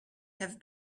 have